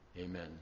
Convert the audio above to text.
Amen